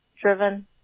driven